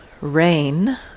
RAIN